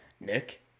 Nick